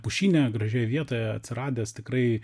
pušyne gražioje vietoje atsiradęs tikrai